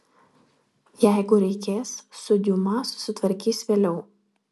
jeigu reikės su diuma susitvarkys vėliau